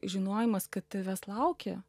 žinojimas kad tavęs laukia